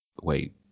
wait